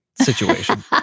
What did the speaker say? situation